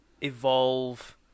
evolve